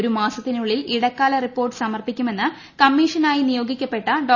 ഒരു മാസത്തിനുള്ളിൽ ഇടക്കാല റിപ്പോർട്ട് സമർപ്പിക്കുമെന്ന് കമ്മീഷനായി നിയോഗിക്കപ്പെട്ട ഡോ